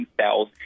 cells